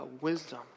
wisdom